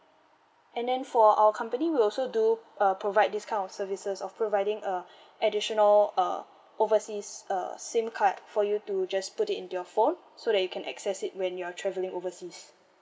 and then for our company will also do uh provide these kind of services of providing uh additional uh overseas uh SIM card for you to just put it in your phone so that you can access it when you are traveling overseas